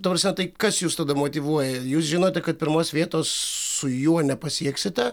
ta prasme tai kas jus tada motyvuoja jūs žinote kad pirmos vietos su juo nepasieksite